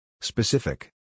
Specific